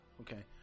Okay